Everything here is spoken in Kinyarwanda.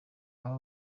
baba